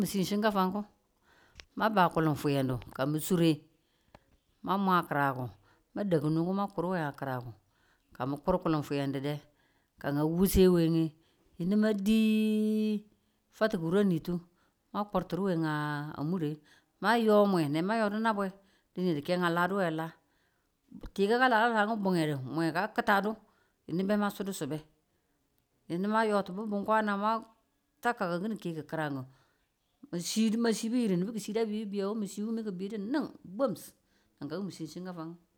to shinkafa ma ba kulin fwiyenu ka ng sure, ma mwa ki̱ranku ma da kunun ku ma kurun a ki̱ranku. ka ng kur kulin fwiyen didde, ka a wuse we nge yinu mwa di fatu koroniyu ma kur tunuwe a mure. ma yo mwe nama yo du nabwen dinedu ke a laduwe la. ti̱ kuku ka la dula nge bunge du mwe ka kutadu yinu be ma sudu sube yinu ma yo tu bwan ma chakaku ki̱nin keku ki̱ranu ng chibu ma chibu yirin nubu ki̱ sibu a bibu biye wu mi si wumi ki̱ bidu bwams na kan mi si shknfanu